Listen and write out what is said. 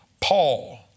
Paul